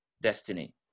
destiny